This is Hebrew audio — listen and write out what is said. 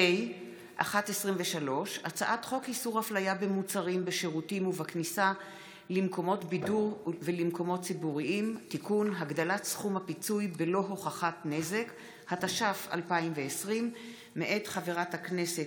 20 באפריל 2020. הודעה למזכירת הכנסת.